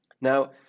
now